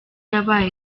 yabaye